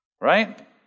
Right